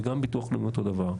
וגם ביטוח לאומי אותו דבר.